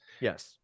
Yes